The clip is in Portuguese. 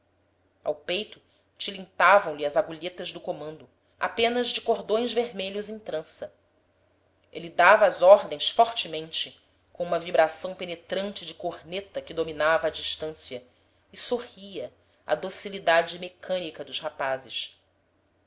ao peito tilintavam se as agulhetas do comando apenas de cordões vermelhos em trança ele dava as ordens fortemente com uma vibração penetrante de corneta que dominava a distancia e sorria à docilidade mecânica dos rapazes